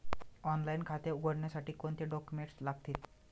Online खाते उघडण्यासाठी कोणते डॉक्युमेंट्स लागतील?